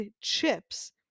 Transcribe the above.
chips